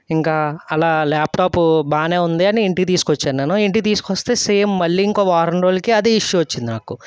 ఇంకా అలా ల్యాప్టాప్ బాగానే ఉంది అని ఇంటికి తీసుకొచ్చాను నేను ఇంటికి తీసుకొస్తే సేమ్ మళ్ళీ ఇంకో వారం రోజులకి అదే ఇష్యూ వచ్చింది నాకు